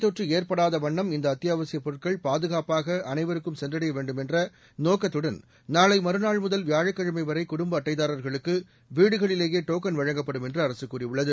தொற்று ஏற்படாத வண்ணம் இந்த அத்தியாவசியப் பொருட்கள் பாதுகாப்பாக நோய்த் அளைவருக்கும் சென்றடைய வேண்டும் என்ற நோக்கத்துடன் நாளை மறுநாள் முதல் வியாழக்கிழமை வரை குடும்ப அட்டைதாரர்களுக்கு வீடுகளிலேயே டோக்கள் வழங்கப்படும் என்று அரசு கூறியுள்ளது